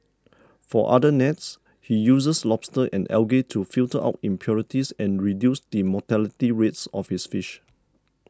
for other nets he uses lobsters and algae to filter out impurities and reduce the mortality rates of his fish